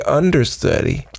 understudy